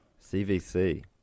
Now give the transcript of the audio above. CVC